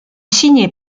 signée